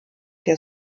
der